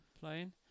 playing